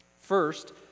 First